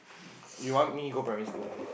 you want me go primary school